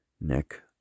nick